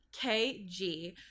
KG